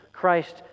Christ